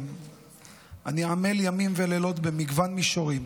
אני עמל ימים ולילות במגוון מישורים